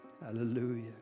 Hallelujah